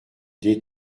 des